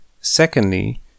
Secondly